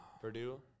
Purdue